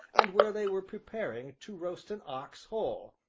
and where they were preparing to roast an ox whole,